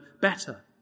better